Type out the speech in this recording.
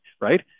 right